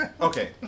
okay